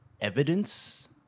Evidence